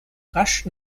rasch